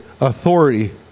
authority